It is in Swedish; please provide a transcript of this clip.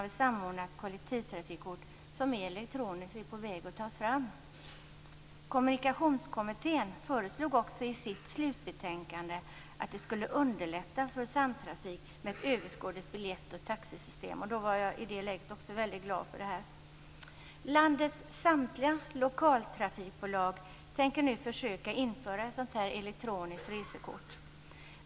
Ett samordnat kollektivtrafikkort, som är elektroniskt, är på väg att tas fram. Kommunikationskommittén föreslog också i sitt slutbetänkande att ett överskådligt biljett och taxesystem skulle underlätta samtrafik. I det läget var jag också mycket glad för detta. Landets samtliga lokaltrafikbolag tänker nu försöka införa ett elektroniskt resekort.